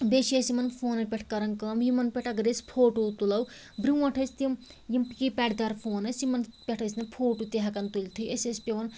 بیٚیہِ چھِ أسۍ یِمَن فونَن پٮ۪ٹھ کَران کٲم یِمن پٮ۪ٹھ اگر أسۍ فوٹو تُلو برٛونٛٹھ ٲسۍ تِم یِم کیٖپیڈ دار فون ٲسۍ یِمن پٮ۪ٹھ ٲسۍ نہٕ فوٹو تہِ ہٮ۪کان تُلِتھی أسۍ ٲسۍ پٮ۪وان